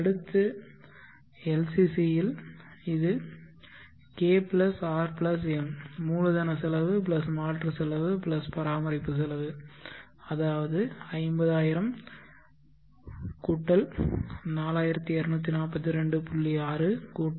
அடுத்த LCC இல் இது K R M மூலதன செலவு மாற்று செலவு பராமரிப்பு செலவு அதாவது 50000 4242